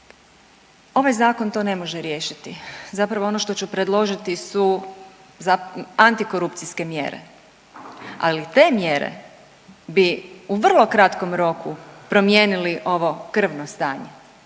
Ovaj zakon to ne može riješiti, zapravo ono što ću predložiti su antikorupcijske mjere, ali te mjere bi u vrlo kratkom roku promijenili ovo krvno stanje,